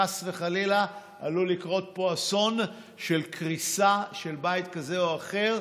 חס וחלילה עלול לקרות פה אסון של קריסה של בית כזה או אחר.